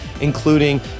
including